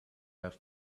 have